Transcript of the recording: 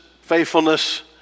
faithfulness